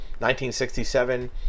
1967